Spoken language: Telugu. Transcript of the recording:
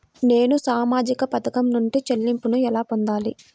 నేను సామాజిక పథకం నుండి చెల్లింపును ఎలా పొందాలి?